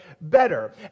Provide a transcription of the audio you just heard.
better